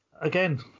Again